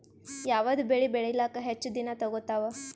ಯಾವದ ಬೆಳಿ ಬೇಳಿಲಾಕ ಹೆಚ್ಚ ದಿನಾ ತೋಗತ್ತಾವ?